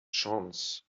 john’s